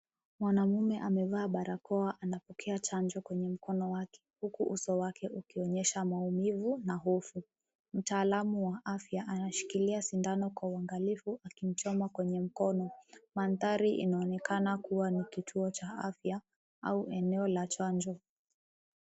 Mwanaume amevaa barakoa anapokea chanjo kwenye mkono wake huku uso wake ukionyesha maumivu na hofu. Mtaalamu wa afya anashikilia sindano kwa uangalifu akimchoma kwenye mkono. Mandhari inaonekana kuwa ni kituo cha afya au eneo la chanjo.